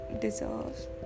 deserves